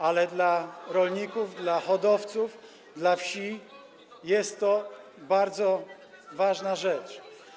ale dla rolników, dla hodowców, dla wsi jest to bardzo ważna rzecz.